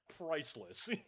priceless